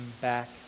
back